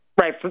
Right